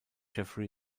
jeffrey